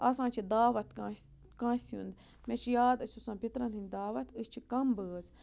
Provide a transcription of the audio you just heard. آسان چھِ دعوَت کٲنٛسہِ کٲنٛسہِ ہُنٛد مےٚ چھِ یاد اَسہِ اوس آسان پیترَن ہٕنٛدۍ دعوت أسۍ چھِ کَم بٲژ